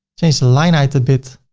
change the line height a bit.